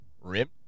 Rim